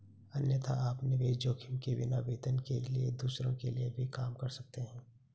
अन्यथा, आप निवेश जोखिम के बिना, वेतन के लिए दूसरों के लिए भी काम कर सकते हैं